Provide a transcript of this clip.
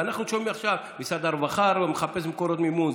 ואנחנו שומעים עכשיו: משרד הרווחה הרי מחפש מקורות מימון.